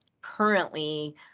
currently